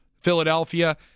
Philadelphia